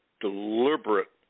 deliberate